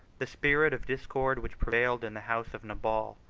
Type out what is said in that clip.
the spirit of discord which prevailed in the house of nabal,